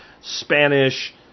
Spanish